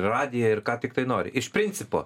radiją ir ką tiktai nori iš principo